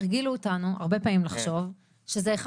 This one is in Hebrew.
הרגילו אותנו הרבה פעמים לחשוב שזה אחד